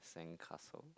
sandcastle